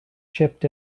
chipped